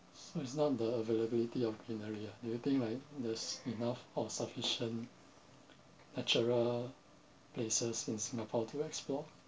so it's not the availability of greenery uh do you think like there's enough or sufficient natural places in singapore to explore